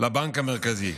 לבנק המרכזי.